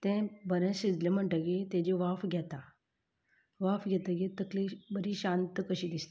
तें बरें शिजलें म्हणटकीर तेजी वाफ घेता वाफ घेतकीर तकली बरी शांत कशी दिसता